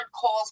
calls